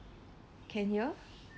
can hear